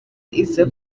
iza